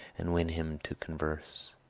and win him to converse!